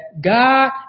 God